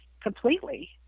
completely